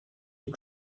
you